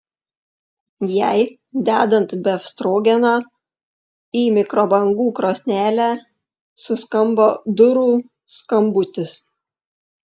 jai dedant befstrogeną į mikrobangų krosnelę suskambo durų skambutis